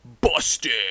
busted